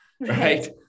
right